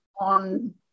on